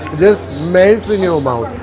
just melts in your mouth!